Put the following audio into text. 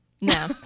no